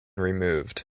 removed